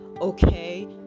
Okay